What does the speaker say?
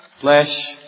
flesh